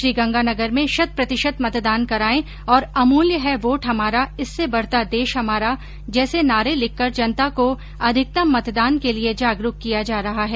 श्रीगंगानगर में शत प्रतिशत मतदान करायें और अमूल्य है वोट हमारा इससे बढता देश हमारा जैसे नारे लिखकर जनता को अधिकतम मतदान के लिये जागरूक किया जा रहा है